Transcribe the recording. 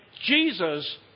Jesus